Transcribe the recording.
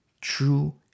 true